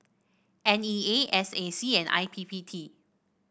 N E A S A C and I P P T